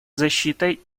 защитой